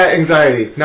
anxiety